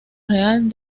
real